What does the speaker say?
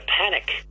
panic